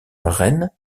reine